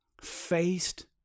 faced